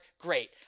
great